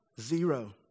Zero